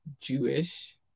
Jewish